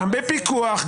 גם בפיקוח,